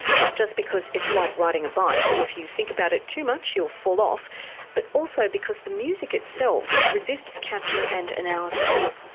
not just because it's like riding a bike, if you think about it too much you'll fall off but also because the music itself resists capture and analysis.